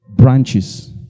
Branches